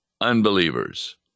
unbelievers